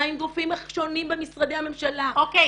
גם עם גופים שונים במשרדי הממשלה- - אוקיי.